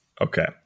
Okay